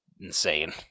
insane